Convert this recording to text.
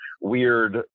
weird